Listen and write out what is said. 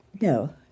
No